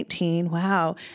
wow